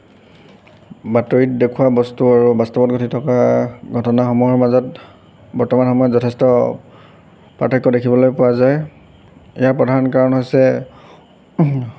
বাতৰিত দেখুৱা বস্তু আৰু বাস্তৱত ঘটি থকা ঘটনাসমূহৰ মাজত বৰ্তমান সময়ত যথেষ্ট পাৰ্থক্য দেখিবলৈ পোৱা যায় ইয়াৰ প্ৰধান কাৰণ হৈছে